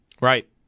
Right